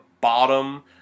bottom